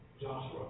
joshua